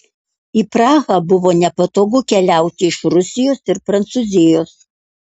į prahą buvo nepatogu keliauti iš rusijos ir prancūzijos